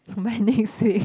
by next week